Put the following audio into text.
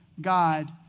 God